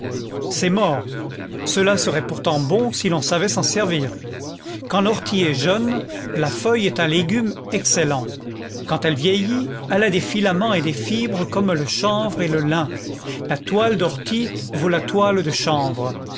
c'est mort cela serait pourtant bon si l'on savait s'en servir quand l'ortie est jeune la feuille est un légume excellent quand elle vieillit elle a des filaments et des fibres comme le chanvre et le lin la toile d'ortie vaut la toile de chanvre